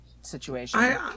situation